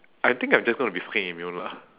I think I'm just gonna be fucking immune lah